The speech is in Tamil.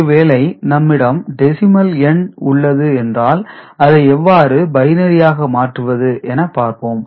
ஒருவேளை நம்மிடம் டெசிமல் எண் உள்ளது என்றால் அதை எவ்வாறு பைனரி ஆக மாற்றுவது என பார்ப்போம்